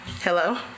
Hello